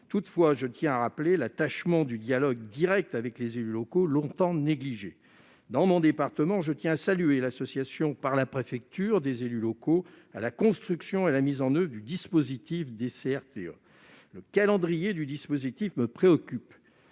Toutefois, je tiens à rappeler notre attachement au dialogue direct avec les élus locaux, qui a été longtemps négligé. Dans mon département, je tiens à saluer la décision de la préfecture d'associer les élus locaux à la construction et à la mise en oeuvre des CRTE. Le calendrier du dispositif me préoccupe.